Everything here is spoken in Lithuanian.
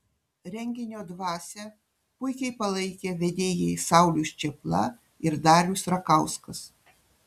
renginio dvasią puikiai palaikė vedėjai saulius čėpla ir darius rakauskas